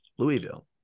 Louisville